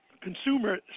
consumer